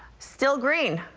still green.